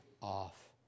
off